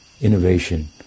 innovation